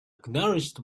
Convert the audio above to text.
acknowledged